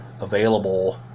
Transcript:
available